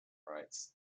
rights